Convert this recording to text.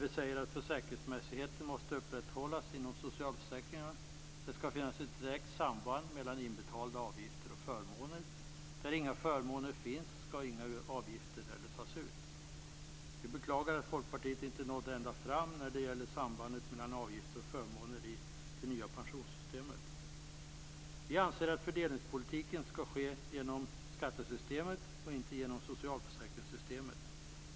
Vi säger att försäkringsmässigheten måste upprätthållas inom socialförsäkringarna. Det skall finnas ett direkt samband mellan inbetalda avgifter och förmåner. Där inga förmåner finns, skall inga avgifter heller tas ut. Vi i Folkpartiet beklagar att vi inte nådde ända fram när det gäller sambandet mellan avgifter och förmåner i det nya pensionssystemet. Vi anser att fördelningspolitiken skall ske genom skattesystemet, inte genom socialförsäkringssystemet.